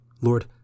Lord